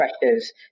pressures